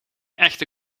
echte